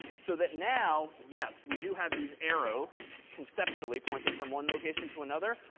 so that now, yes, we do have these arrows conceptually pointing from one location to another.